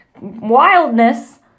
wildness